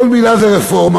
כל מילה זה רפורמה,